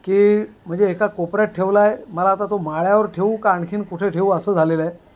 की म्हणजे एका कोपऱ्यात ठेवला आहे मला आता तो माळ्यावर ठेऊ का आणखीन कुठे ठेऊ असं झालेलं आहे